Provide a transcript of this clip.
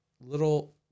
little